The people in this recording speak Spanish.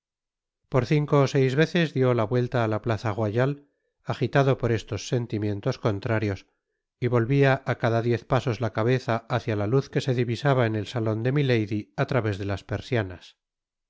por cinco ó seis veces dió la vuelta á la plaza royale ajitado por estos sentimientos contrarios y volvia á cada diez pasos la cabeza hácia la luz que se divisaba en el salon de milady á través de las persianas